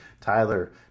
Tyler